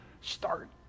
Start